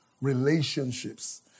relationships